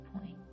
point